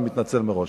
אני מתנצל מראש.